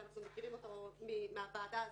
שאנחנו מכירים מהוועדה הזאת,